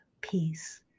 peace